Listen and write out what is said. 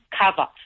cover